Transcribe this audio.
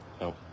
No